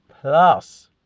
Plus